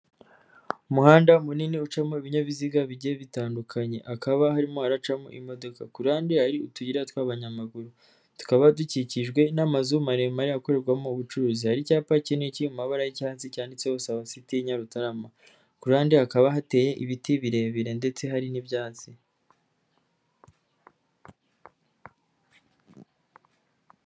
Umuhanda munini ucamo ibinyabiziga bijyiye bitandukanye. Hakaba harimo haracamo imodoka. Kurande hari utuyi tw'abanyamaguru. Tukaba dukikijwe n'amazu maremare akorerwamo ubucuruzi. Hari icyapa kinini cyamabara y'icyatsi cyanditseho sawa siti Nyarutarama. Kuruhande hakaba hateye ibiti birebire, ndetse hari n'ibyatsi.